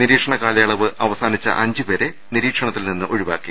നിരീക്ഷണ കാലയളവ് അവസാനിച്ച അഞ്ച് പേരെ നിരീക്ഷണത്തിൽ നിന്ന് ഒഴിവാക്കി